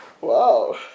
Wow